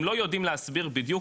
הם לא יודעים להסביר בדיוק,